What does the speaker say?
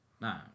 Nah